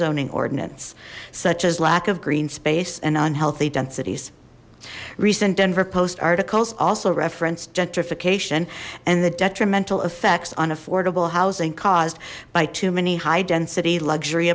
zoning such as lack of green space and unhealthy densities recent denver post articles also referenced gentrification and the detrimental effects on affordable housing caused by too many high density luxury